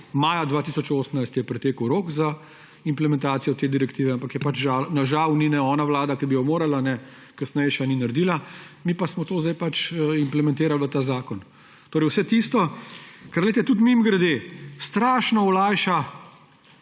maja 2018 je pretekel rok za implementacijo te direktive, ampak je pač žal ni ne ona vlada, ki bi jo morala, ne kasnejša ni naredila, mi pa smo to zdaj pač implementirali v ta zakon, torej vse tisto. Ker, glejte, tudi mimogrede, strašno olajša,